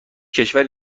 کشوری